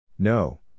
No